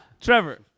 Trevor